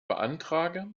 beantrage